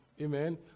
Amen